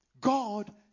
god